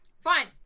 Fine